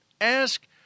ask